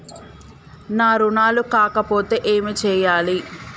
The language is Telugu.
నా రుణాలు కాకపోతే ఏమి చేయాలి?